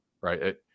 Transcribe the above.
right